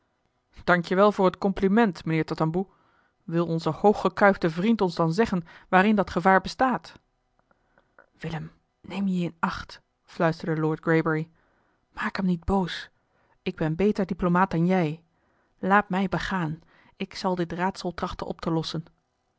dank je wel voor het compliment mijnheer tatamboe wil onze hooggekuifde vriend ons dan zeggen waarin dat gevaar bestaat willem neem je in acht fluisterde lord greybury maak hem niet boos ik ben beter diplomaat dan jij laat mij begaan ik zal dit raadsel trachten op te lossen